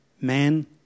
man